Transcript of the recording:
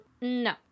No